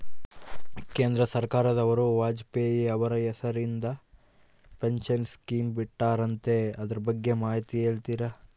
ಕೇಂದ್ರ ಸರ್ಕಾರದವರು ವಾಜಪೇಯಿ ಅವರ ಹೆಸರಿಂದ ಪೆನ್ಶನ್ ಸ್ಕೇಮ್ ಬಿಟ್ಟಾರಂತೆ ಅದರ ಬಗ್ಗೆ ಮಾಹಿತಿ ಹೇಳ್ತೇರಾ?